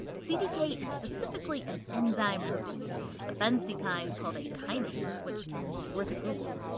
cdk is specifically an enzyme protein a fancy kind called a kinase which is worth a google.